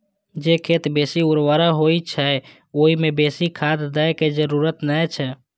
जे खेत बेसी उर्वर होइ छै, ओइ मे बेसी खाद दै के जरूरत नै छै